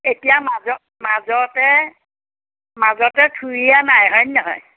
এতিয়া মাজত মাজতে থুৰীয়া নাই হয়নে নহয়